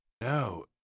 No